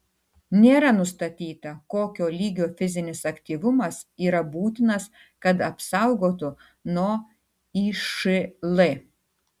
nėra nustatyta kokio lygio fizinis aktyvumas yra būtinas kad apsaugotų nuo išl